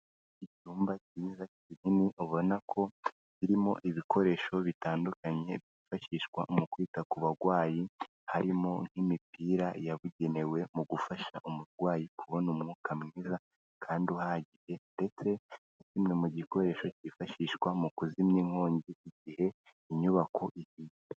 Icyumba cyiza kinini ubona ko kirimo ibikoresho bitandukanye byifashishwa mu kwita ku barwayi, harimo nk'imipira yabugenewe mu gufasha umurwayi kubona umwuka mwiza kandi uhagije ndetse na kimwe mu gikoresho cyifashishwa mu kuzimya inkongi igihe inyubako ihiye.